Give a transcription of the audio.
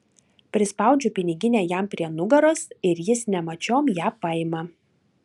prispaudžiu piniginę jam prie nugaros ir jis nemačiom ją paima